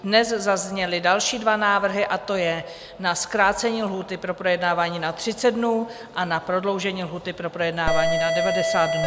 Dnes zazněly další dva návrhy, a to na zkrácení lhůty pro projednávání na 30 dnů a na prodloužení lhůty pro projednávání na 90 dnů.